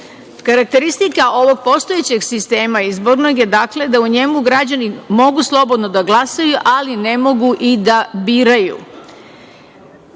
jedinice. Karakteristika ovog postojećeg sistema izbornog je, dakle, da u njemu građani mogu slobodno da glasaju, ali ne mogu i da biraju,